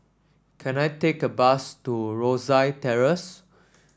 can I take a bus to Rosyth Terrace